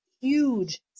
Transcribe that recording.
huge